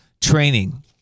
training